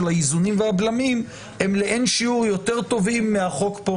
האיזונים והבלמים הם לאין שיעור יותר טובים מהחוק הזה.